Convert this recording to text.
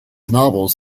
novels